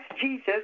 Jesus